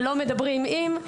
ולא מדברים עם,